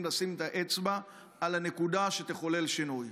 לשים את האצבע על הנקודה שתחולל שינוי.